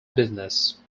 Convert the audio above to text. business